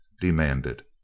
demanded